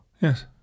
Yes